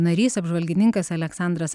narys apžvalgininkas aleksandras